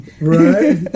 Right